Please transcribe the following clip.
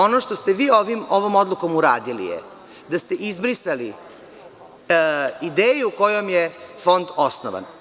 Ono što ste vi ovom odlukom uradili je da ste izbrisali ideju kojom je Fond osnovan.